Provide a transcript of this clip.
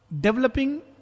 developing